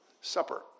supper